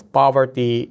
poverty